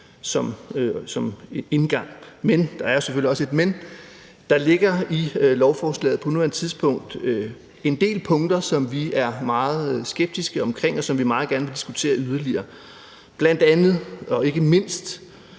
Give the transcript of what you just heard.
som udgangspunkt. Men – der er selvfølgelig også et men – der ligger i lovforslaget på nuværende tidspunkt en del punkter, som vi er meget skeptiske over for, og som vi meget gerne vil diskutere yderligere, bl.a. og ikke mindst